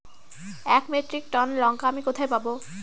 এক metric tonne লঙ্কা আমি কোথায় পাবো?